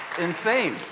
insane